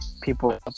People